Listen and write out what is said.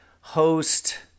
host